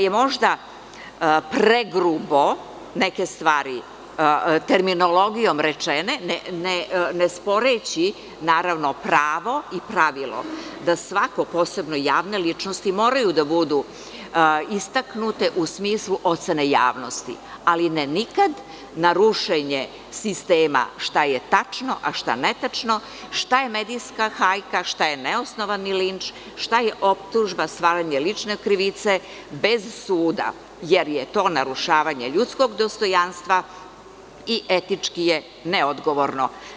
Tu su možda pregrubo neke stvari, terminologijom rečeno, ne sporeći, naravno, pravo i pravilo da svako, posebno javne ličnosti, moraju da budu istaknute u smislu ocene javnosti, ali ne nikad na rušenje sistema šta je tačno, a šta netačno, šta je medijska hajka, šta je neosnovani linč, šta je optužba stvaranje lične krivice bez suda, jer je to narušavanje ljudskog dostojanstva i etički je neodgovorno.